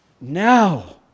Now